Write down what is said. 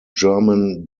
german